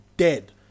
dead